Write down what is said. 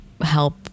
help